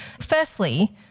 Firstly